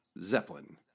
Zeppelin